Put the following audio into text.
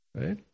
Right